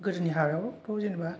गोदोनि हारावथ' जेनेबा